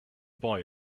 boy